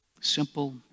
Simple